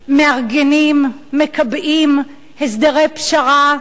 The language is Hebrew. מארגנים, מקבעים הסדרי פשרה אחרים,